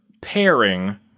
pairing